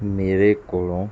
ਮੇਰੇ ਕੋਲੋਂ